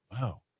Wow